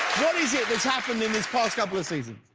what is it that's happened in these past couple of seasons?